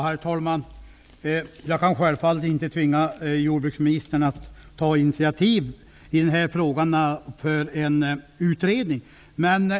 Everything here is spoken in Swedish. Herr talman! Jag kan självfallet inte tvinga jordbruksministern att ta initiativ till en utredning i denna fråga.